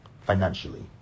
financially